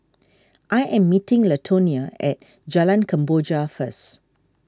I am meeting Latonia at Jalan Kemboja first